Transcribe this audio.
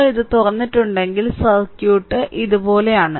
നിങ്ങൾ ഇത് തുറന്നിട്ടുണ്ടെങ്കിൽ സർക്യൂട്ട് ഇതുപോലെയാണ്